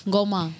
Goma